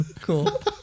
Cool